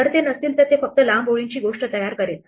जर ते नसतील तर ते फक्त लांब ओळींची गोष्ट तयार करेल